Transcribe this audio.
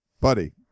buddy